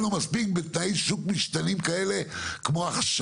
היינו בשיח מתקדם עם האוצר ומשרד המשפטים על עידוד בדרכים שונות